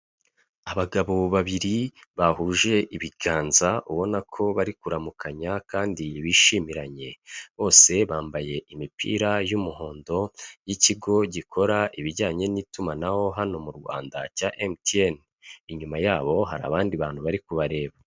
Abagabo babiri bahuje ibiganza, ubona ko bari kuramukanya, kandi bishimiranye bose, bambaye imipira y'umuhondo y'ikigo gikora ibijyanye n'itumanaho hano mu Rwanda cya MTN, inyuma yabo hari abandi bantu bari kubareba.